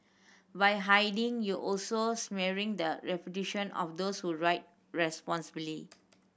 by hiding you also smearing the reputation of those who ride responsibly